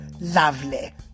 Lovely